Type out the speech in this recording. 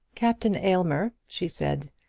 captain aylmer, she said,